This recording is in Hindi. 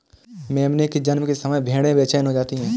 मेमने के जन्म के समय भेड़ें बेचैन हो जाती हैं